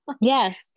Yes